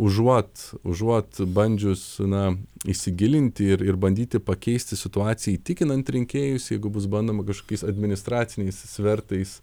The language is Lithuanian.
užuot užuot bandžius na įsigilinti ir ir bandyti pakeisti situaciją įtikinant rinkėjus jeigu bus bandoma kažkokiais administraciniais svertais